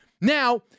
Now